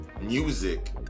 music